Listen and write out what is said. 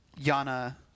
Yana